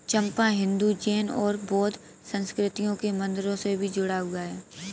चंपा हिंदू, जैन और बौद्ध संस्कृतियों के मंदिरों से भी जुड़ा हुआ है